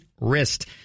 wrist